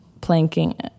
planking